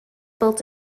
built